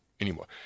Anymore